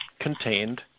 contained